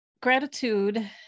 Gratitude